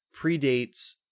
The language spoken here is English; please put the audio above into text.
predates